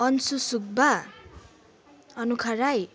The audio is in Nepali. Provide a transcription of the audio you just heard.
अन्सु सुब्बा अनुखा राई